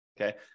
Okay